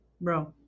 bro